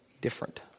different